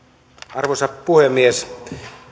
arvoisa puhemies